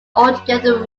altogether